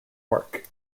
work